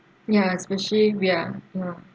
ya especially we are ya